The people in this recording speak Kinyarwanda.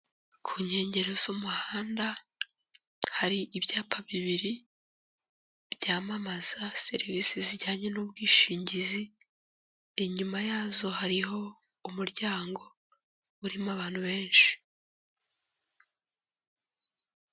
Ku nkengero z'umuhanda hari ibyapa bibiri byamamaza serivise zijyanye n'ubwishingizi, inyuma yazo hariho umuryango urimo abantu benshi.